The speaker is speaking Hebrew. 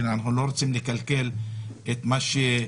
שאנחנו לא רוצים לקלקל את מה שהצליח.